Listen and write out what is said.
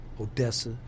Odessa